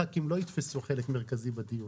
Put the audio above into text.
חברי הכנסת לא יתפסו חלק מרכזי בדיון.